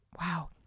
wow